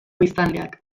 biztanleak